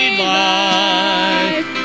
life